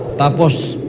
that was